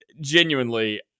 genuinely